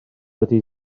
ydy